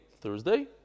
Thursday